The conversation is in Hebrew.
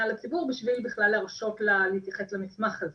על הציבור בשביל בכלל להרשות להתייחס למסמך הזה.